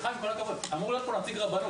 סליחה, עם כל הכבוד, אמור להיות פה נציג רבנות.